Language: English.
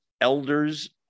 elders